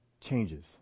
changes